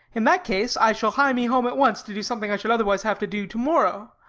in that case i shall hie me home at once to do something i should otherwise have to do tomorrow.